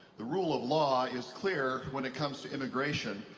the rule of law is clear when it comes to immigration.